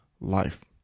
life